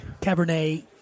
Cabernet